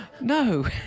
no